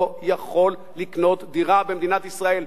לא יכול לקנות דירה במדינת ישראל.